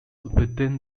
within